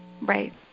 Right